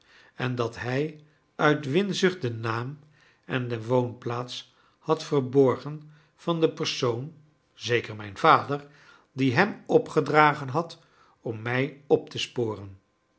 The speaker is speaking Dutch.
en dat hij uit winzucht den naam en de woonplaats had verborgen van den persoon zeker mijn vader die hem opgedragen had om mij op te sporen